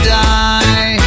die